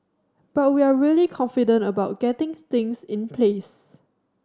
but we're really confident about getting things in place